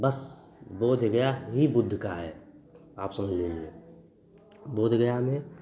बस बोधगया ही बुद्ध का है आप समझ लीजिए बोधगया में